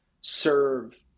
serve